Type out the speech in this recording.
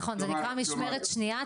נכון, זה נקרא "משמרת שנייה".